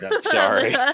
Sorry